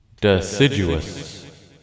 Deciduous